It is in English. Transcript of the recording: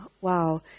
wow